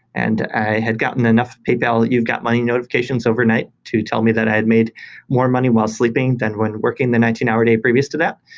and i had gotten enough paypal that you've got money notifications overnight to tell me that i had made more money while sleeping than when working the nineteen hour a day previous to that.